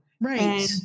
right